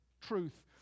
truth